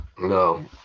No